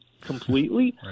completely